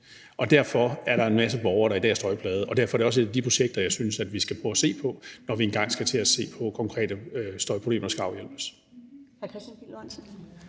og derfor er der en masse borgere, der i dag er støjplagede. Derfor er det også et af de projekter, jeg synes vi skal prøve at se på, når vi engang skal til at se på konkrete støjproblemer, der skal afhjælpes.